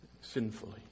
sinfully